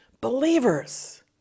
believers